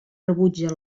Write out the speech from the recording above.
rebutja